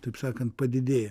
taip sakant padidėję